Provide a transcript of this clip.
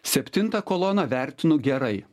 septintą koloną vertinu gerai